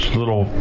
little